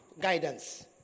guidance